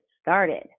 started